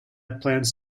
plans